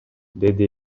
деди